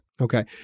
Okay